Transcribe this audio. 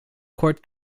court